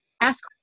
ask